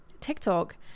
TikTok